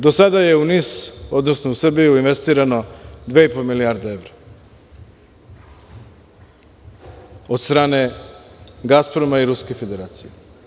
Do sada je u NIS, odnosno u Srbiju investirano dve i po milijarde evra od strane „Gasproma“ i Ruske federacije.